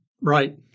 Right